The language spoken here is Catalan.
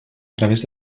través